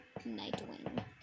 nightwing